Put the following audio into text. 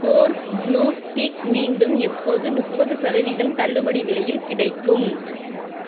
course glue stick மீண்டும் எப்போது முப்பது சதவீதம் தள்ளுபடி விலையில் கிடைக்கும்